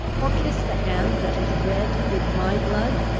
or kiss the hand that is red with my blood?